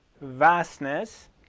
vastness